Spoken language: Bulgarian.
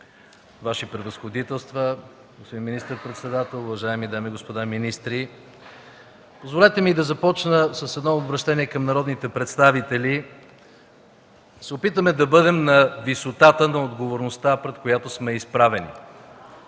Ваши Превъзходителства, господин министър-председател, уважаеми дами и господа министри! Позволете ми да започна с едно обръщение към народните представители – да се опитаме да бъдем на висотата на отговорността, пред която сме изправени